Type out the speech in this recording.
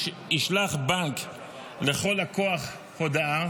ישלח הבנק לכל לקוח הודעה